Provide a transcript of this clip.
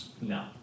No